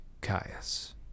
Caius